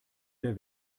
der